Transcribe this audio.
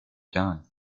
jon